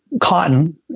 Cotton